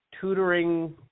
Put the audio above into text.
tutoring